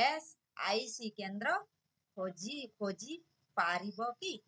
S I C କେନ୍ଦ୍ର ଖୋଜି ଖୋଜିପାରିବ କି